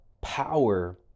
power